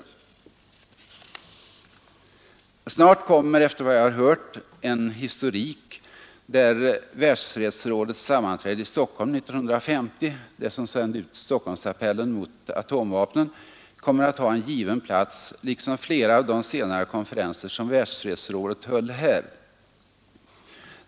Efter vad jag har hört kommer snart en historik, där Världsfredsrådets sammanträde i Stockholm 1950 — det som sände ut Stockholmsappellen mot atomvapen — har en given plats liksom flera av de senare konferenser som Världsfredsrådet höll här.